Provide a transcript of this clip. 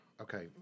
Okay